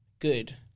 good